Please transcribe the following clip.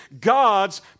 God's